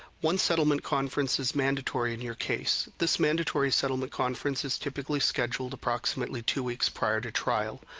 one settlement conference is mandatory in your case. this mandatory settlement conference is typically scheduled approximately two weeks prior to trial.